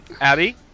Abby